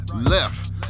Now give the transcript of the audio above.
Left